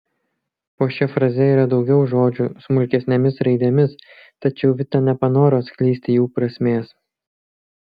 po šia fraze yra daugiau žodžių smulkesnėmis raidėmis tačiau vita nepanoro atskleisti jų prasmės